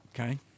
Okay